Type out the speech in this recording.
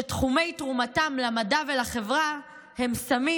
שתחומי תרומתם למדע ולחברה הם סמים,